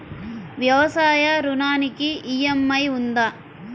వ్యవసాయ ఋణానికి ఈ.ఎం.ఐ ఉందా?